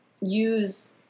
use